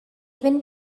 even